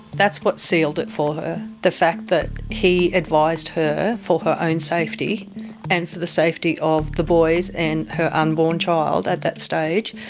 that's what sealed it for her, the fact that he advised her for her own safety and for the safety of the boys and her unborn child, at that stage,